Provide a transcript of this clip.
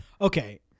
Okay